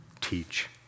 teach